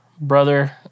brother